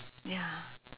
ya